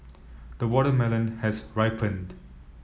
the watermelon has ripened